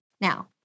Now